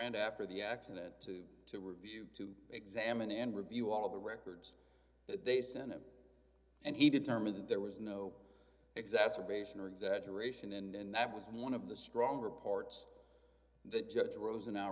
and after the accident to review to examine and review all of the records that they sent him and he determined that there was no exacerbation or exaggeration and that was one of the stronger parts the judge rosen